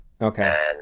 Okay